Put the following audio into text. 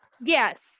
yes